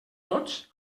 tots